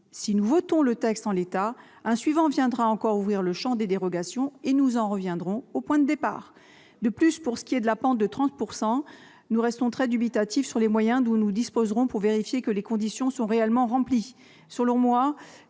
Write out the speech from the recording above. Si nous votons le texte en l'état, un autre viendra encore ouvrir le champ des dérogations et nous en reviendrons au point de départ. De plus, pour ce qui est de la pente de 30 %, nous restons très dubitatifs sur les moyens dont nous disposerons pour vérifier que les conditions sont réellement remplies. Selon moi,